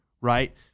right